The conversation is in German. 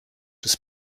des